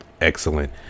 excellent